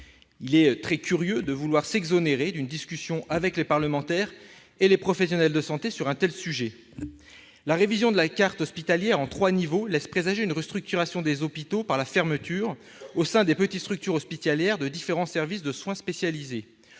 Il est très curieux de vouloir s'exonérer d'une discussion avec les parlementaires et les professionnels de santé sur un tel sujet. La révision de la carte hospitalière en trois niveaux laisse présager une restructuration des hôpitaux par la fermeture, au sein des petites structures hospitalières, de différents services de soins spécialisés.